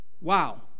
Wow